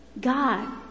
God